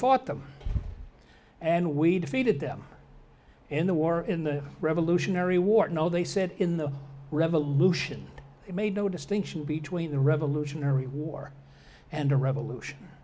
fought them and we defeated them in the war in the revolutionary war no they said in the revolution it made no distinction between the revolutionary war and the revolution